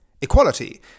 equality